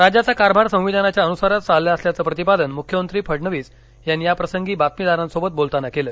राज्याचा कारभार संविधानाच्या अनुसारच चालला असल्याचं प्रतिपादन मुख्यमंत्री फडणवीस यांनी याप्रसंगी बातमीदारांसोबत बोलताना केलं